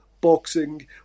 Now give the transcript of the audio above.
boxing